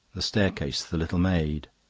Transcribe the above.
the staircase, the little maid.